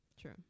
True